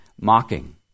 mocking